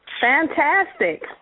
Fantastic